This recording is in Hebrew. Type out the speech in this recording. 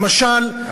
למשל,